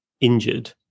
injured